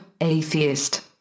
atheist